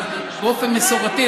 אבל באופן מסורתי,